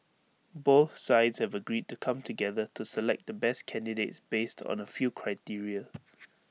both sides have agreed to come together to select the best candidates based on A few criteria